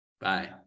Bye